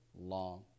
long